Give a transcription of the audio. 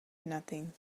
nothing